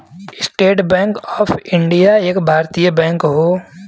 estate Bank of India एक भारतीय bank हौ